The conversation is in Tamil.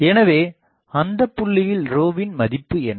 எனவே அந்தப் புள்ளியில் ρ இன் மதிப்பு என்ன